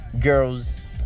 girls